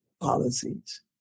policies